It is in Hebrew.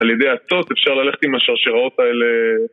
על ידי אצות, אפשר ללכת עם השרשראות האלה...